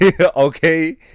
Okay